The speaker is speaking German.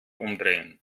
umdrehen